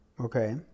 Okay